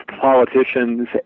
politicians